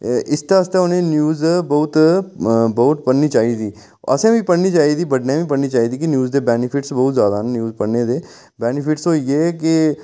इसदे आस्तै उ'नें ई न्यूज बहुत बहुत पढ़नी चाहिदी असें बी पढ़नी चाहिदी बड्डें बी पढ़नी चाहिदी कि न्यूज दे वैनिफिट बहुत जैदा न न्यूज पढ़ने दे वैनिफिट होई गे के